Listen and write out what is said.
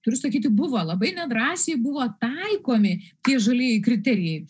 turiu sakyti buvo labai nedrąsiai buvo taikomi tai žalieji kriterijai